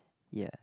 ya